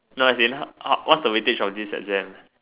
no as in how how what's the weightage of this exam